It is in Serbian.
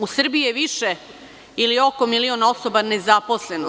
U Srbiji je više ili oko milion osoba nezaposleno.